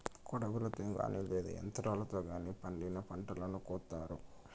కొడవలితో గానీ లేదా యంత్రాలతో గానీ పండిన పంటను కోత్తారు